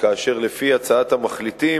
לפי הצעת המחליטים,